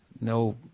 no